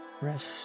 Rest